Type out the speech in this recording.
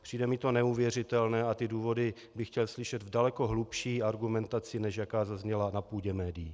Přijde mi to neuvěřitelné a ty důvody bych chtěl slyšet v daleko hlubší argumentaci, než jaká zazněla na půdě médií.